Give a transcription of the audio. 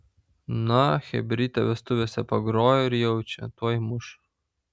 na chebrytė vestuvėse pagrojo ir jaučia tuoj muš